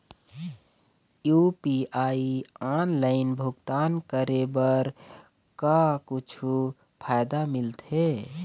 UPI online भुगतान करे बर का कुछू फायदा मिलथे?